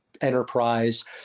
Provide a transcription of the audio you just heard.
enterprise